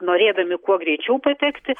norėdami kuo greičiau patekti